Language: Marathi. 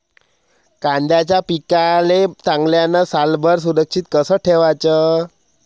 कांद्याच्या पिकाले चांगल्यानं सालभर सुरक्षित कस ठेवाचं?